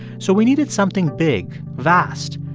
so we needed something big, vast,